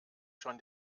schon